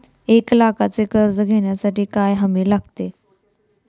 एक लाखाचे कर्ज घेण्यासाठी काय हमी लागते?